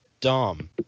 dumb